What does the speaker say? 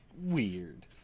weird